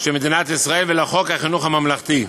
של מדינת ישראל ולחוק חינוך ממלכתי.